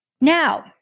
Now